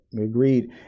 Agreed